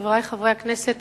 חברי חברי הכנסת,